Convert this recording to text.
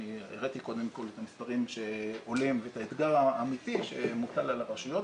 אני הראיתי קודם את המספרים שעולים ואת האתגר האמיתי שמוטל על הרשויות,